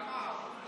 תמר,